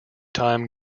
time